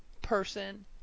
person